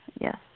yes